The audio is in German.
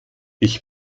ich